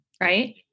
right